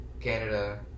Canada